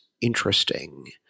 interesting